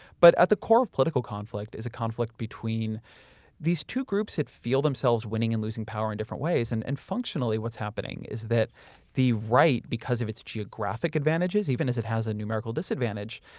but at the core of political conflict is a conflict between these two groups that feel themselves winning and losing power in different ways. and and functionally what's happening is that the right, because of its geographic advantages, even as it has a numerical disadvantage,